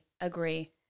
Agree